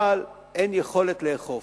אבל אין יכולת לאכוף.